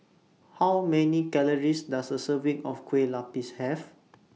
How Many Calories Does A Serving of Kue Lupis Have